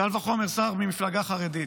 קל וחומר שר ממפלגה חרדית.